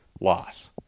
loss